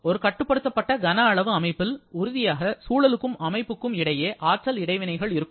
ஒரு கட்டுப்படுத்தப்பட்ட கன அளவு அமைப்பில் உறுதியாக சூழலுக்கும் அமைப்புக்கும் இடையே ஆற்றல் இடைவினைகள் இருக்கும்